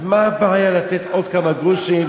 אז מה הבעיה לתת עוד כמה גרושים,